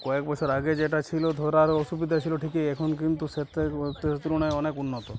কয়েক বছর আগে যেটা ছিল ধরার অসুবিধা ছিল ঠিকই এখন কিন্তু সে তে তুলনায় অনেক উন্নত